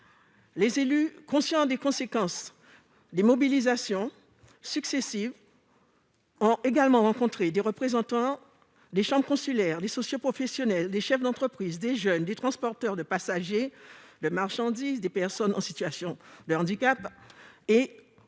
Les élus, conscients des conséquences des mobilisations successives, ont également rencontré des représentants des chambres consulaires, des socioprofessionnels, des chefs d'entreprise, des jeunes, des transporteurs de passagers et de marchandises, des personnes en situation de handicap et tous les